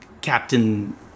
captain